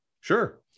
sure